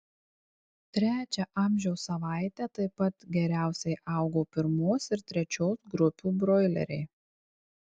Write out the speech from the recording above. trečią amžiaus savaitę taip pat geriausiai augo pirmos ir trečios grupių broileriai